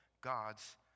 God's